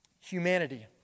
humanity